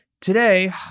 Today